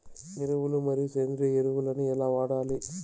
ఎరువులు మరియు సేంద్రియ ఎరువులని ఎలా వాడాలి?